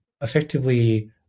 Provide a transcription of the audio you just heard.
effectively